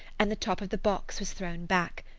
and the top of the box was thrown back.